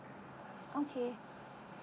okay